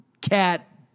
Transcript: Cat